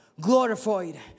glorified